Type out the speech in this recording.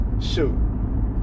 Shoot